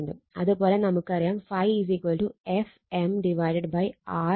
അത് പോലെ നമുക്കറിയാം ∅ F m R Wb